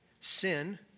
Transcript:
sin